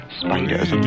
spiders